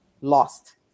lost